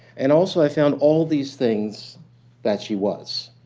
and also, i found all these things that she was,